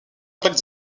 plaque